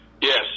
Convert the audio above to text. Yes